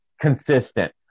consistent